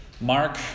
Mark